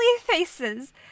faces